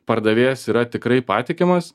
pardavėjas yra tikrai patikimas